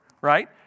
right